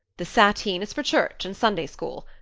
the sateen is for church and sunday school.